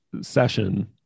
session